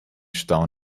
stau